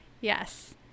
yes